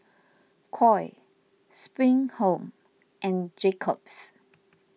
Koi Spring Home and Jacob's